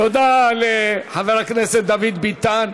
תודה לחבר הכנסת דוד ביטן.